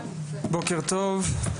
בוקר טוב.